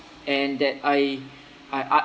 and that I I I